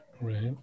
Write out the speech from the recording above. Right